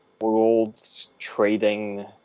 world-trading